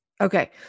Okay